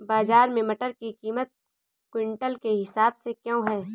बाजार में मटर की कीमत क्विंटल के हिसाब से क्यो है?